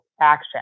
action